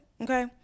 okay